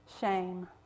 shame